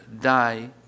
die